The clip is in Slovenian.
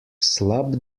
slab